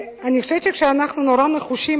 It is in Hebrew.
אני חושבת שכשאנחנו נורא נחושים,